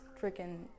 freaking